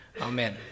Amen